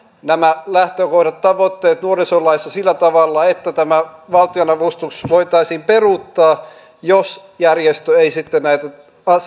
nämä lähtökohdat ja tavoitteet nuorisolaissa sillä tavalla että tämä valtionavustus voitaisiin peruuttaa jos järjestö ei sitten näitä